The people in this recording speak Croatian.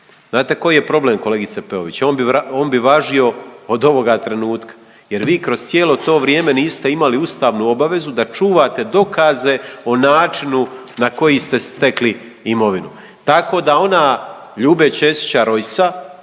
Znate koji je problem kolegice Peović? On bi važio od ovoga trenutka jer vi kroz cijelo to vrijeme niste imali ustavnu obavezu da čuvate dokaze o načinu na koji ste stekli imovinu. Tako da ona Ljube Česića Rojsa,